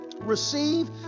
Receive